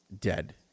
dead